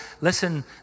listen